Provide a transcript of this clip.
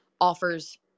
offers